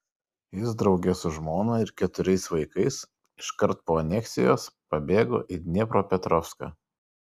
jis drauge su žmona ir keturiais vaikais iškart po aneksijos pabėgo į dniepropetrovską